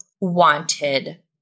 wanted